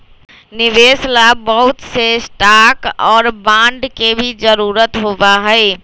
निवेश ला बहुत से स्टाक और बांड के भी जरूरत होबा हई